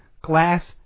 glass